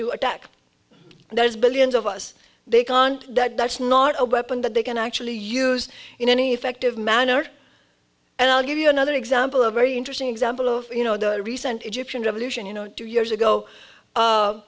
to attack and there's billions of us they can't that that's not a weapon that they can actually use in any effective manner and i'll give you another example a very interesting example of you know the recent egyptian revolution you know two years ago